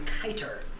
Kiter